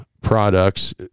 products